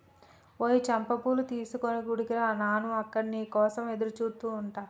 ఓయ్ చంపా పూలు తీసుకొని గుడికి రా నాను అక్కడ నీ కోసం ఎదురుచూస్తు ఉంటా